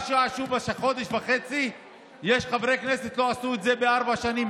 מה שעשו בחודש וחצי יש חברי כנסת שלא עשו בארבע שנים,